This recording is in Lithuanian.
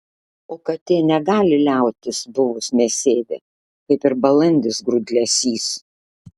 o katė negali liautis buvus mėsėdė kaip ir balandis grūdlesys